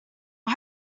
why